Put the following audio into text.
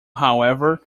however